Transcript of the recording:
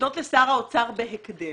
לפנות לשר האוצר בהקדם